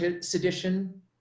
sedition